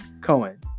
cohen